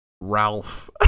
Ralph